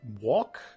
walk